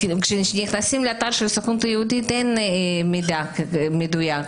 כשנכנסים לאתר של הסוכנות היהודית אין מידע מדויק.